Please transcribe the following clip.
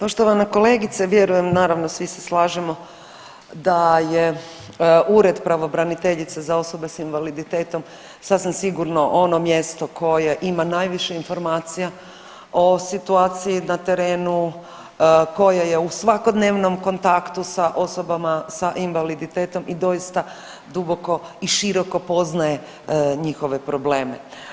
Poštovana kolegice, vjerujem naravno svi se slažemo da je Ured pravobraniteljice za osobe s invaliditetom sasvim sigurno ono mjesto koje ima najviše informacija o situaciji na terenu, koje je u svakodnevnom kontaktu sa osobama sa invaliditetom i doista duboko i široko poznaje njihove probleme.